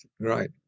Right